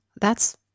That's-